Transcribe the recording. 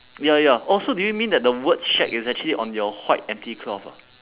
ya ya also do you mean that the word shack is actually on your white empty cloth ah